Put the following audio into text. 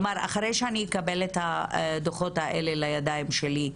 אחרי שאני אקבל את הדוחות האלה לידיים שלי,